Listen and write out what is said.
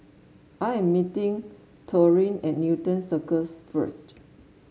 I am meeting Taurean at Newton Cirus first